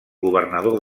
governador